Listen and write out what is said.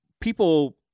people